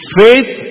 faith